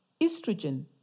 Estrogen